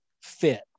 fit